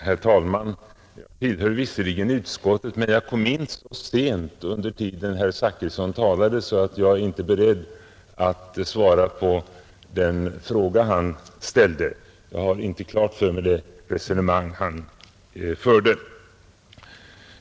Herr talman! Jag tillhör visserligen utskottet, men jag kom in i kammaren så sent under tiden herr Zachrisson talade att jag inte är beredd att svara på den fråga han ställde. Jag har inte klart för mig det resonemang han förde.